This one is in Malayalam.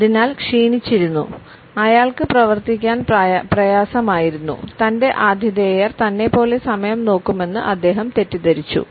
അതിനാൽ ക്ഷീണിച്ചിരുന്നു അയാൾക്ക് പ്രവർത്തിക്കാൻ പ്രയാസമായിരുന്നു തന്റെ ആതിഥേയർ തന്നെപ്പോലെ സമയം നോക്കുമെന്ന് അദ്ദേഹം തെറ്റിദ്ധരിച്ചു